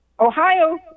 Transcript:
Ohio